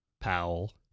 Powell